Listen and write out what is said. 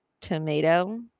tomato